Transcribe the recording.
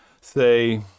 say